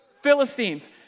Philistines